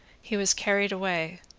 he was carried away,